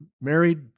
married